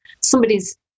somebody's